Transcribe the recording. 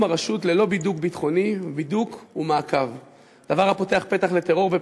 ביטחון בתחבורה הציבורית